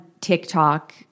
TikTok